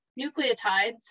nucleotides